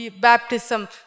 baptism